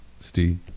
Steve